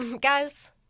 guys